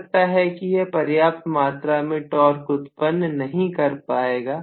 हो सकता है कि यह पर्याप्त मात्रा में टॉर्क उत्पन्न नहीं कर पाएगा